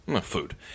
food